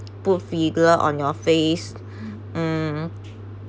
put filler on your face mm